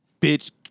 bitch